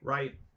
Right